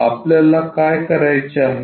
आपल्याला काय करायचे आहे